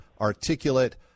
articulate